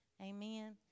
Amen